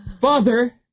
Father